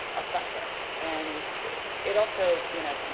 affect us, and it also, you know,